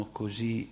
così